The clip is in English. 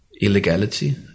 illegality